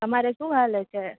તમારે શું હાલે છે